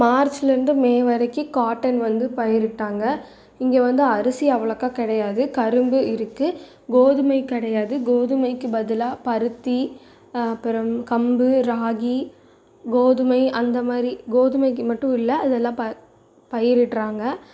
மார்ச்சில் இருந்து மே வரைக்கும் காட்டன் வந்து பயிரிட்டாங்க இங்கே வந்து அரிசி அவ்வளோக்கா கிடையாது கரும்பு இருக்குது கோதுமை கிடையாது கோதுமைக்கு பதிலாக பருத்தி அப்புறம் கம்பு ராகி கோதுமை அந்த மாதிரி கோதுமைக்கு மட்டும் இல்லை அதெல்லாம் ப பயிரிட்டுறாங்க